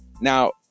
Now